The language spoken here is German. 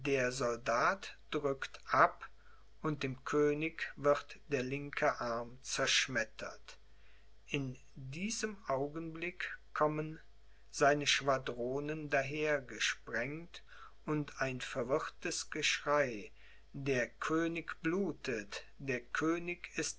soldat drückt ab und dem könig wird der linke arm zerschmettert in diesem augenblick kommen seine schwadronen dahergesprengt und ein verwirrtes geschrei der könig blutet der könig